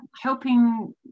helping